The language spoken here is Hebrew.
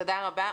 תודה רבה.